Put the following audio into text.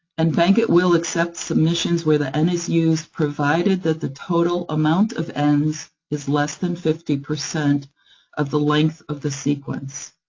and bankit will accept submissions where the n is used, provided that the total amount of ns is less than fifty percent of the length of the sequence.